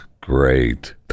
great